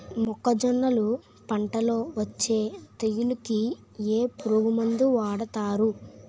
మొక్కజొన్నలు పంట లొ వచ్చే తెగులకి ఏ పురుగు మందు వాడతారు?